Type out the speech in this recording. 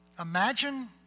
Imagine